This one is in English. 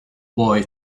boy